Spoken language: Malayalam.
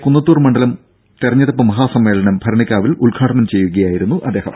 കുന്നത്തൂർ മണ്ഡലം തിരഞ്ഞെടുപ്പ് മഹാസമ്മേളനം ഭരണിക്കാവിൽ ഉദ്ഘാടനം ചെയ്യുകയായിരുന്നു അദ്ദേഹം